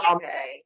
okay